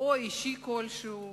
או אישי כלשהו